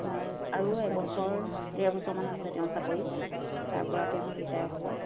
আপোনাৰ আৰু এবছৰ ডেৰ বছৰমান আছে তেওঁ চাকৰি তাৰ পৰা তেওঁ ৰিটায়াৰ হ'ব